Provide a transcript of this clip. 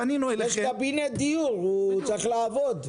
יש קבינט דיור, הוא צריך לעבוד.